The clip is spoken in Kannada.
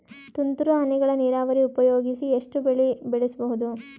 ತುಂತುರು ಹನಿಗಳ ನೀರಾವರಿ ಉಪಯೋಗಿಸಿ ಎಷ್ಟು ಬೆಳಿ ಬೆಳಿಬಹುದು?